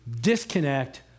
disconnect